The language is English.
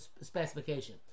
specification